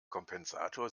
kompensator